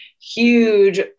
huge